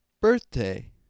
birthday